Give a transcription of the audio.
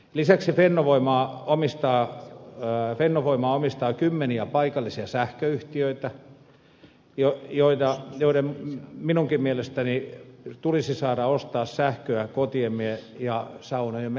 lisäksi fennovoima omistaa mää fennovoima omistaa fennovoimaa omistavat kymmenet paikalliset sähköyhtiöt joiden minunkin mielestäni tulisi saada ostaa sähköä kotiemme ja saunojemme lämmittämiseen